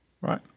right